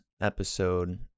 episode